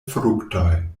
fruktoj